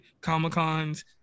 Comic-Cons